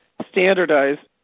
standardize